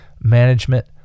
management